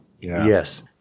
Yes